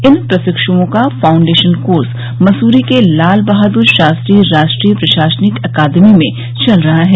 इन प्रशिक्षुओं का foundation course Mussoorie के लालबहादुर शास्त्री राष्ट्रीय प्रशासनिक अकादमी में चल रहा है